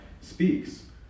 speaks